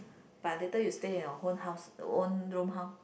but later you stay in your own house own room how